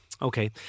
Okay